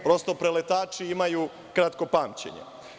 Prosto, preletači imaju kratko pamćenje.